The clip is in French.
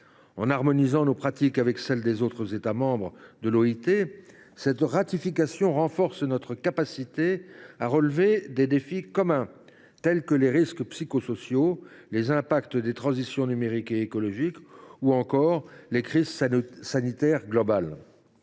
En harmonisant nos pratiques avec celles des autres États membres de l’OIT, la ratification renforcera notre capacité à relever des défis communs, tels que les risques psychosociaux, les répercussions des transitions numériques et écologiques, ou encore les crises sanitaires globales.